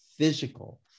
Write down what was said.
Physical